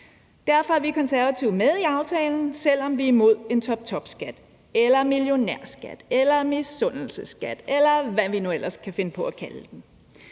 Derfor er vi Konservative med i aftalen, selv om vi er imod en toptopskat eller millionærskat eller misundelsesskat, eller hvad vi nu ellers kunne finde på at kalde den.